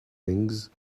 things